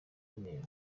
email